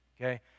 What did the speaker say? okay